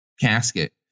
casket